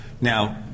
Now